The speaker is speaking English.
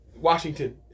Washington